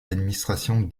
d’administration